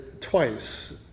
twice